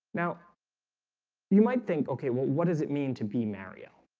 now you might think okay. well, what does it mean to be muriel